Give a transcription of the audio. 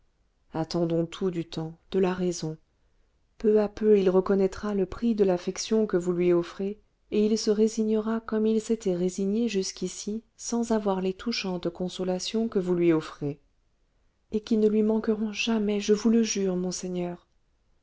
attendons tout du temps de la raison peu à peu il reconnaîtra le prix de l'affection que vous lui offrez et il se résignera comme il s'était résigné jusqu'ici sans avoir les touchantes consolations que vous lui offrez et qui ne lui manqueront jamais je vous le jure monseigneur